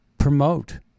promote